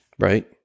Right